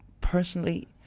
personally